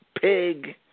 pig